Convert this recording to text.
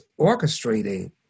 orchestrating